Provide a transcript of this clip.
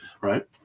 Right